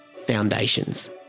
foundations